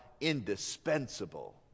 indispensable